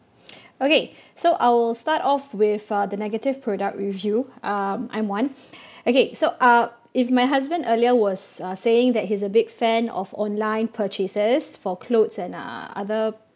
okay so I will start off with uh the negative product review um I'm Wan okay so um if my husband earlier was uh saying that he's a big fan of online purchases for clothes and uh other